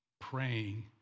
praying